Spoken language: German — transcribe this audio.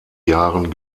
jahren